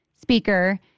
speaker